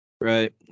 right